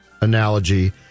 analogy